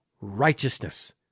righteousness